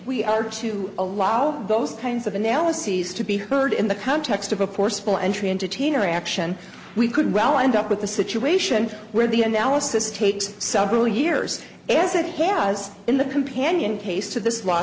we are to allow those kinds of analyses to be heard in the context of a forceful entry entertainer action we could well end up with a situation where the analysis takes several years as it has in the companion case to this law